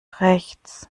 rechts